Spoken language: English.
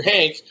Hank